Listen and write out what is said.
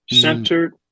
centered